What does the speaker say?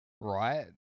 right